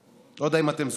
אני לא יודע אם אתם זוכרים,